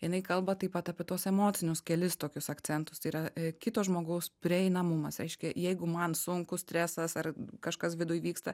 jinai kalba taip pat apie tuos emocinius kelis tokius akcentus tai yra kito žmogaus prieinamumas reiškia jeigu man sunkus stresas ar kažkas viduj vyksta